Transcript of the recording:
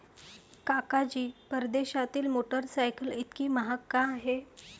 काका जी, परदेशातील मोटरसायकल इतकी महाग का आहे?